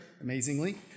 amazingly